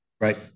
Right